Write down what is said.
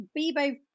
Bebo